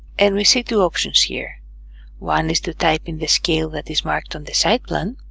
and we see two options here one is to type in the scale that is marked on the site plan